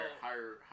Higher